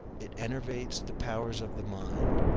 it enervates the powers of the mind,